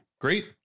great